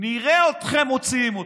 נראה אתכם מוציאים אותי,